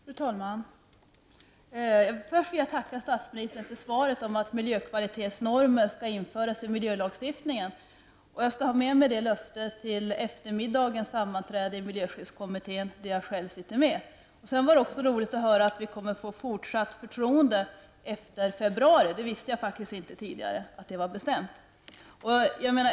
Fru talman! Först vill jag tacka statsministern för svaret om att miljökvalitetsnormer skall införas i miljölagstiftningen. Jag skall ha med mig det löftet till eftermiddagens sammanträde i miljöskyddskommittén, där jag själv sitter med. Det var också roligt att höra att vi kommmer att få fortsatt förtroende efter februari. Jag visste faktiskt inte tidigare att det var bestämt.